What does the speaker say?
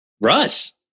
Russ